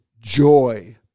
joy